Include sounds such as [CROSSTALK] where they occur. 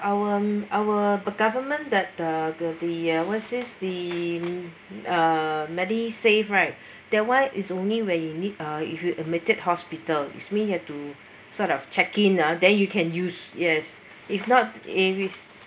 our our government that the the uh ever since the uh MediSave right [BREATH] that one is only when you need if you admitted hospital is means you have to sort of check-in ah then you can use yes if not